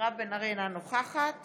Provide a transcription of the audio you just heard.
אינה נוכחת